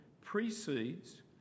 precedes